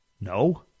No